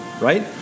right